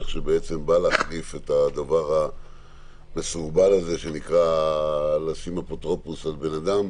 שבא להחליף את הדבר המסורבל הזה שנקרא "לשים אפוטרופוס על בן אדם",